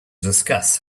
discuss